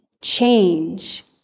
change